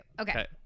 okay